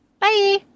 Bye